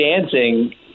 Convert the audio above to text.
dancing